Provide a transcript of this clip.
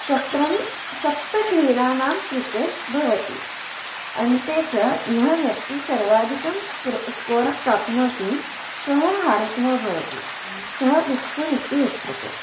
चक्रं सप्त क्रीडानां कृते भवति अन्ते च यः व्यक्तिः सर्वाधिकं स्क्रो स्कोर प्राप्नोति सः हारितः भवति सः बीक् फ़ुल् इति उच्यते